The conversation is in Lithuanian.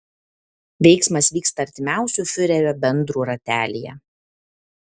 veiksmas vyksta artimiausių fiurerio bendrų ratelyje